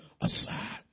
aside